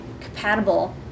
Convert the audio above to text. compatible